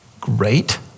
great